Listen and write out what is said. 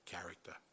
character